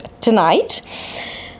tonight